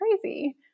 crazy